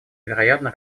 вероятно